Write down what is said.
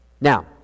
Now